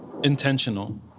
Intentional